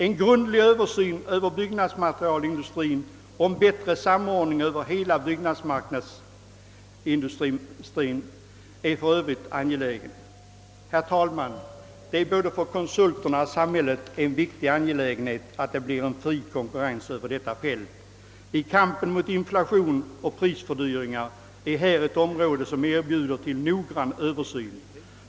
En grundlig översyn över byggnadsmaterialindustrien och en bättre samordning över hela byggnadsindustrimarknaden är för övrigt också angelägen. Herr talman! Det är både för konsulterna och för samhället en viktig angelägenhet att det blir en fri konkurrens över detta fält. I kampen mot inflation och prisstegringar har vi här ett område som inbjuder till noggrann översyn.